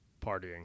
Partying